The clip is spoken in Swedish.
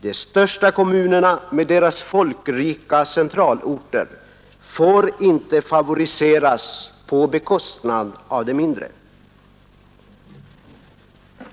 De största kommunerna med deras folkrika centralorter får inte favoriseras på bekostnad av de mindre.